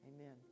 Amen